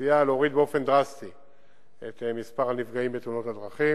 סייע להוריד באופן דרסטי את מספר הנפגעים בתאונות הדרכים.